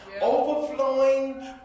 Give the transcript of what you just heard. overflowing